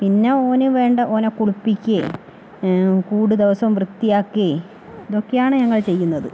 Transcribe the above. പിന്നെ ഓന് വേണ്ട ഓനെ കുളിപ്പിക്കയും കൂട് ദിവസവും വൃത്തി ആക്കുകയും ഇത് ഒക്കെയാണ് ഞങ്ങൾ ചെയ്യുന്നത്